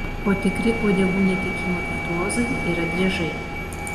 o tikri uodegų netekimo virtuozai yra driežai